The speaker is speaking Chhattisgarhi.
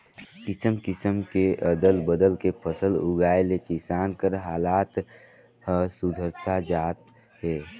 किसम किसम के अदल बदल के फसल उगाए ले किसान कर हालात हर सुधरता जात हे